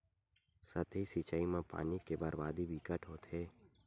सतही सिचई म पानी के बरबादी बिकट होथे